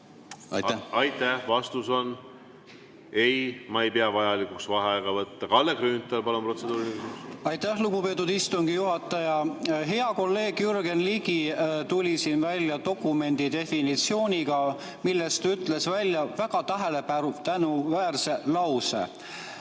Aitäh! Vastus on: ei, ma ei pea vajalikuks vaheaega võtta. Kalle Grünthal, palun, protseduuriline küsimus! Aitäh, lugupeetud istungi juhataja! Hea kolleeg Jürgen Ligi tuli siin välja dokumendi definitsiooniga ja ta ütles väga tähelepanuväärse lause: